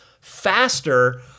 faster